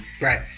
Right